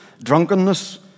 drunkenness